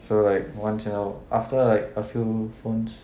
so like once in a after like a few phones